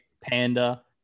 Panda